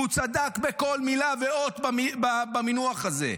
והוא צדק בכל מילה ואות במינוח הזה.